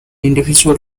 individual